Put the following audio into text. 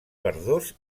verdós